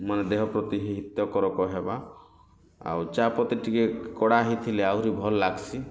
ମାନେ ଦେହ ପ୍ରତି ହି ହିତକରକ ହେବା ଆଉ ଚା ପତି ଟିକେ କଡ଼ା ହେଇଥିଲେ ଆହୁରି ଭଲ୍ ଲାଗ୍ସି